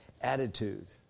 attitude